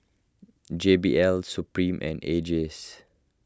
J B L Supreme and A Jays